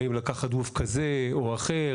האם לקחת גוף כזה או אחר,